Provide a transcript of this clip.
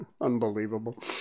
Unbelievable